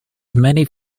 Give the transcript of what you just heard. many